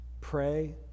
pray